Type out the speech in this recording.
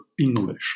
innovation